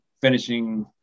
finishing